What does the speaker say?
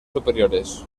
superiores